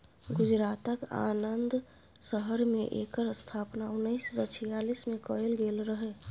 गुजरातक आणंद शहर मे एकर स्थापना उन्नैस सय छियालीस मे कएल गेल रहय